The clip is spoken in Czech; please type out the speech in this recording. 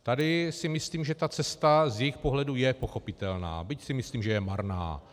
Tady si myslím, že ta cesta z jejich pohledu je pochopitelná, byť si myslím, že je marná.